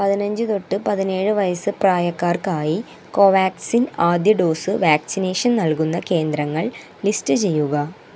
പതിനഞ്ച് തൊട്ട് പതിനേഴ് വയസ്സ് പ്രായക്കാർക്കായി കോവാക്സിൻ ആദ്യ ഡോസ് വാക്സിനേഷൻ നൽകുന്ന കേന്ദ്രങ്ങൾ ലിസ്റ്റ് ചെയ്യുക